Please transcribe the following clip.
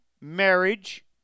marriage